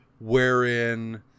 wherein